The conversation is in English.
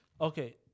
Okay